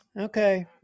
okay